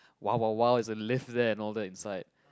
[wah] [wah] [wah] it's a lift there and all that inside